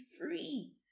free